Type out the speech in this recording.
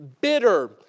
bitter